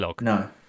No